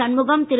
Shanmugam Thiru